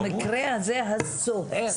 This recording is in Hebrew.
במקרה הזה הסוהר.